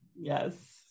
Yes